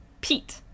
pete